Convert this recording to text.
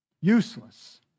Useless